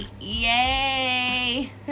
yay